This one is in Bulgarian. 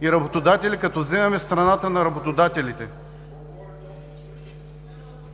и работодатели, като вземаме страната на работодателите.